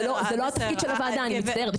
זה לא התפקיד של הוועדה, אני מצטערת.